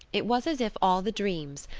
it was as if all the dreams,